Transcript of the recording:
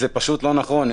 זה פשוט לא נכון.